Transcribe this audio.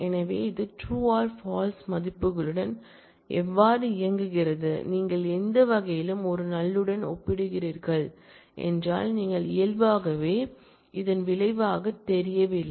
எனவே இது true or false மதிப்புகளுடன் எவ்வாறு இயங்குகிறது நீங்கள் எந்த வகையிலும் ஒரு நல் டன் ஒப்பிடுகிறீர்களானால் நீங்கள் இயல்பாகவே இதன் விளைவாக தெரியவில்லை